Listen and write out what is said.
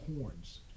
horns